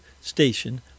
station